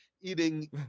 eating